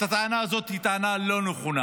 הטענה הזאת היא טענה לא נכונה.